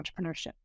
entrepreneurship